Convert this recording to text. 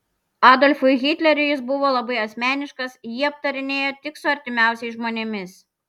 adolfui hitleriui jis buvo labai asmeniškas jį aptarinėjo tik su artimiausiais žmonėmis